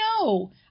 no